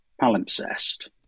palimpsest